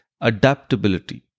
adaptability